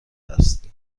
است